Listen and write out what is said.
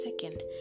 second